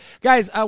guys